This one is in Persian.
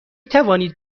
توانید